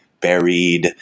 buried